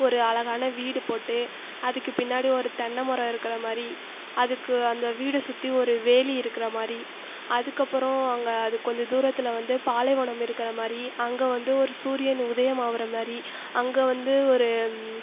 ஒரு அழகான வீடு போட்டு அதுக்கு பின்னாடி ஒரு தென்னை மரம் இருக்கிற மாதிரி அதுக்கு அந்த வீடை சுற்றி ஒரு வேலி இருக்கிற மாதிரி அதுக்கு அப்புறம் அங்கே அது கொஞ்சம் தூரத்தில் வந்து பாலைவனம் இருக்கிற மாதிரி அங்கே ஒரு சூரியன் உதயம் ஆகிற மாதிரி அங்கே வந்து ஒரு